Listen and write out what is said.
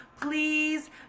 Please